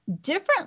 different